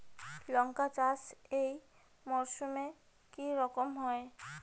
লঙ্কা চাষ এই মরসুমে কি রকম হয়?